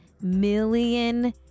million